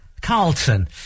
Carlton